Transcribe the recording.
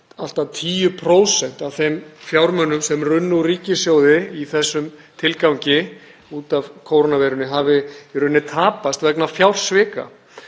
allt að 10% af þeim fjármunum sem runnu úr ríkissjóði í þessum tilgangi, út af kórónuveirunni, hafi í raun tapast vegna fjársvika.